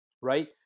Right